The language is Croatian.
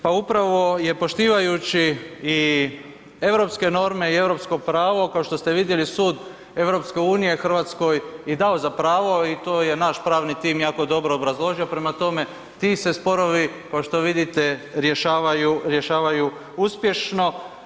Pa upravo je poštivajući europske norme i europsko pravo, kao što ste vidjeli, sud EU Hrvatskoj i dao za pravo i to je naš pravni tim jako dobro obrazložio, prema tome, ti se sporovi, kao što vidite rješavaju uspješno.